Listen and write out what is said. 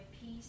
peace